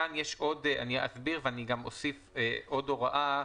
אני אסביר וגם אוסיף עוד הוראה,